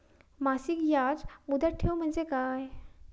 मासिक याज मुदत ठेव म्हणजे काय?